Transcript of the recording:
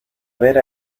ver